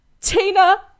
Tina